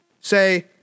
say